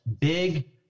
big